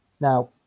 Now